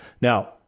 Now